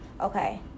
okay